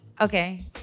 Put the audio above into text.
Okay